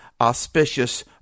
auspicious